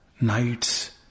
nights